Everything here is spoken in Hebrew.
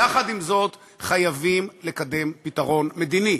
יחד עם זאת, חייבים לקדם פתרון מדיני,